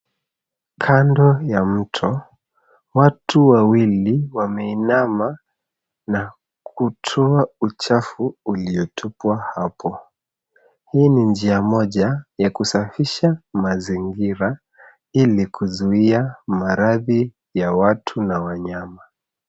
Kando ya mto watu wawili wameinama na kutoa uchafu uliotupwa hapo. Hii ni njia moja ya kusafisha mazingira ili kuzuia maradhi ya watu na wanyama.